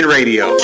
Radio